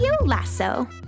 lasso